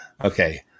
Okay